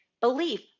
belief